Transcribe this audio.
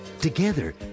Together